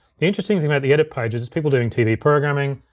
the interesting thing about the edit page is it's people doing tv programming,